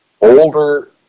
older